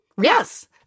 Yes